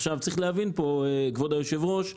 צריך להבין, כבוד היושב-ראש,